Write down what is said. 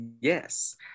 Yes